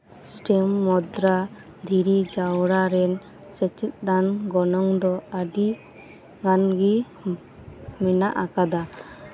Stone ᱢᱩᱫᱨᱟ ᱫᱷᱤᱨᱤ ᱡᱟᱣᱨᱟ ᱨᱮᱱ ᱥᱮᱪᱮᱫᱟᱱ ᱜᱚᱱᱚᱝ ᱫᱚ ᱟᱹᱰᱤ ᱜᱟᱱ ᱜᱮ ᱢᱮᱱᱟᱜ ᱟᱠᱟᱫᱟ